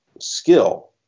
skill